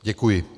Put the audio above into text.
Děkuji.